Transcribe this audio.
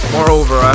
Moreover